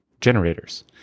generators